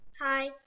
Hi